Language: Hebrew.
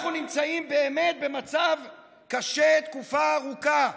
אנחנו נמצאים באמת במצב קשה תקופה ארוכה.